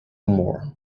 more